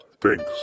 Thanks